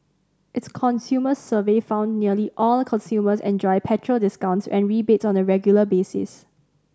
its consumer survey found nearly all consumers enjoy petrol discounts and rebates on a regular basis